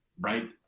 right